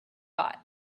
bought